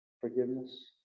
forgiveness